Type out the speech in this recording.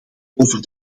over